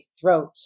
throat